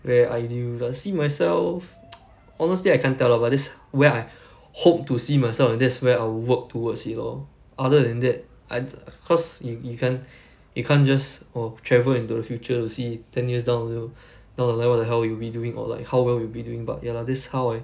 very ideal I see myself honestly I can't tell lah but this where I hope to see myself and that's where I will work towards it lor other than that and i~ cause yo~ you can't you can't just oh travel into the future to see ten years down the hi~ down like what the hell you'll be doing or like how will you will be doing but ya lah this how I